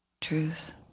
Truth